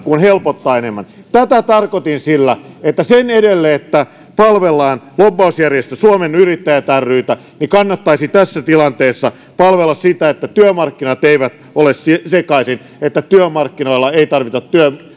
kuin helpottaa tätä tarkoitin sillä että sen sijaan että palvellaan lobbausjärjestö suomen yrittäjät rytä kannattaisi tässä tilanteessa palvella sitä että työmarkkinat eivät ole sekaisin että työmarkkinoilla ei tarvita